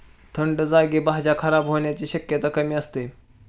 थंड जागी भाज्या खराब होण्याची शक्यता कमी असते